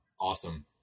awesome